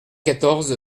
quatorze